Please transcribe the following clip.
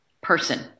person